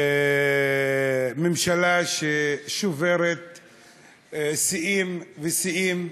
ממשלה ששוברת שיאים ושיאים,